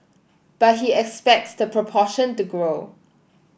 but he expects the proportion to grow